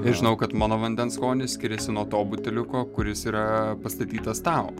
ir žinau kad mano vandens skonis skiriasi nuo to buteliuko kuris yra pastatytas tau